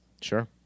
Sure